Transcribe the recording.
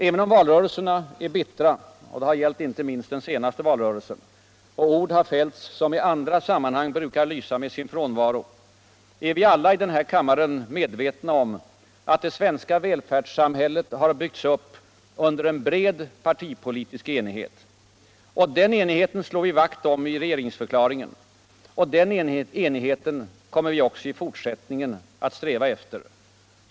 Även om valrörelserna är bittra - derv har gällt inte minst den senaste valrörelsen — och ord har fätlts som i andra sammanhang brukar Ilyså med sin frånvaro, är vi alla I denna kammare medvetna om att det svenska välfärdssamhältet har byggts upp under bred partipoliusk enighet. Den enigheten slar vi vakt om i regeringsförklaringen. och den enigheten kommer vi även i fortsättningen alt sträva efter.